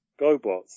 GoBots